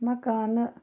مکانہٕ